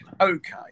Okay